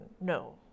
No